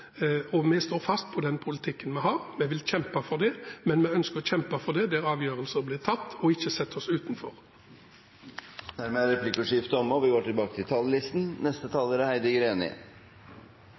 Vi står fast på den politikken vi har, vi vil kjempe for den, men vi ønsker å kjempe for den der avgjørelser blir tatt, og ikke sette oss utenfor. Replikkordskiftet er omme.